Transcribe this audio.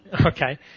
Okay